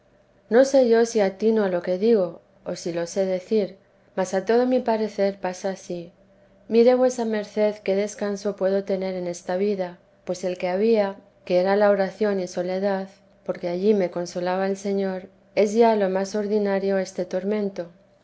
no sé yo si atino a lo que digo o si lo sé decir mas a todo mi parecer pasa ansí mire vuesa merced qué descanso puedo tener en esta vida pues el que había que era la oración y soledad porque allí me consolaba el señor es ya lo más ordinario este tormento